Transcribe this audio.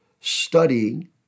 studying